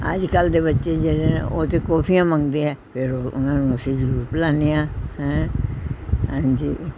ਅੱਜ ਕੱਲ੍ਹ ਦੇ ਬੱਚੇ ਜਿਹੜੇ ਨੇ ਉਹ ਤੇ ਕੌਫੀਆਂ ਮੰਗਦੇ ਆ ਫਿਰ ਉਹਨਾਂ ਨੂੰ ਅਸੀਂ ਜ਼ਰੂਰ ਪਿਲਾਉਂਦੇ ਹਾਂ ਹੈਂ ਹਾਂਜੀ